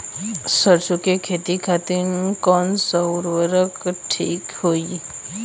सरसो के खेती खातीन कवन सा उर्वरक थिक होखी?